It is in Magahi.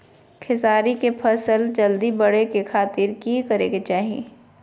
खेसारी के फसल जल्दी बड़े के खातिर की करे के चाही?